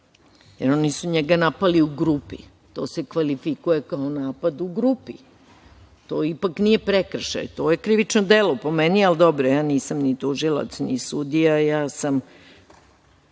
jer oni su njega napali u grupi, to se kvalifikuje kao napad u grupi, to ipak nije prekršaj, to je krivično delo po meni, ali dobro ja nisam ni tužilac, ni sudija, ja sam